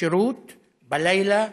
לשירות בלילה,